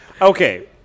Okay